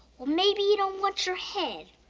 well, maybe you don't want your head.